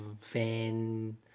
fan